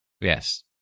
Yes